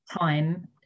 time